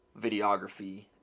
videography